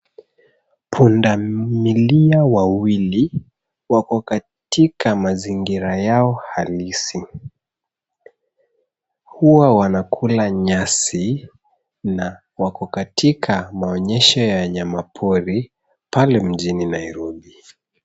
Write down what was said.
Punda milia wawili wako katika mazingira yao halisi, hua wanakula nyasi na wako katika maonyesho ya wanyama pori pale mjini nairobi.